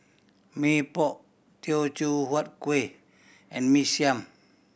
Mee Pok Teochew Huat Kueh and Mee Siam